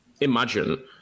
imagine